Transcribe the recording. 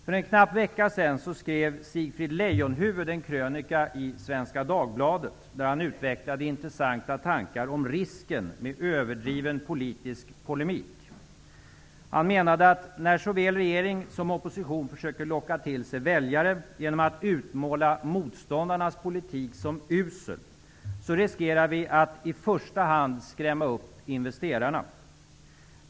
För knappt en vecka sedan skrev Sigfrid Leijonhuvud en krönika i Svenska Dagbladet, där han utvecklade intressanta tankar om risken med överdriven politisk polemik. Han menade att när såväl regering som opposition försöker locka till sig väljare genom att utmåla motståndarnas politik som usel riskerar vi att i första hand skrämma upp investerarna.